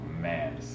man